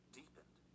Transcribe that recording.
deepened